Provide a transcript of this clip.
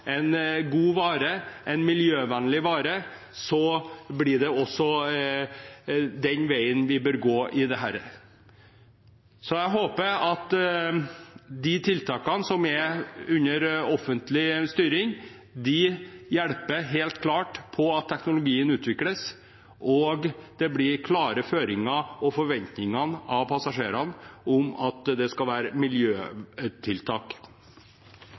en god vare, en miljøvennlig vare – at dette blir veien vi bør gå. Jeg håper at tiltakene som er under offentlig styring, helt klart hjelper på for at teknologien utvikles, og at det blir klare føringer og forventninger fra passasjerene om at det skal være miljøtiltak.